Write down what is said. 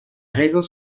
réseaux